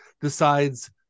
decides